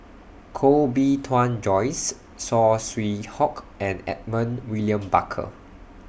Koh Bee Tuan Joyce Saw Swee Hock and Edmund William Barker